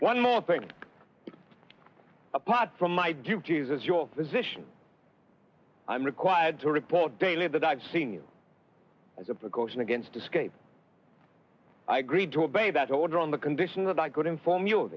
one more thing apart from my duties as your physician i'm required to report daily that i've seen you as a precaution against escape i agreed to obey that soldier on the condition that i could inform you